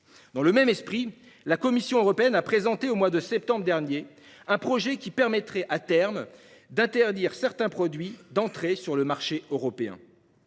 Dans le même esprit, la Commission européenne a présenté au mois de septembre dernier un projet qui permettrait, à terme, d'interdire certains produits d'entrée sur le marché européen.